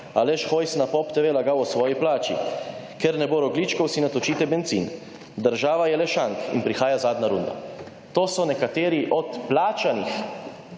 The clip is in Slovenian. Aleš Hojs na Pop TV lagal o svoji plači. Ker ne bo rogljičkov, si natočite bencin. Država je le »šank« in prihaja zadnja runda. To so nekateri od plačanih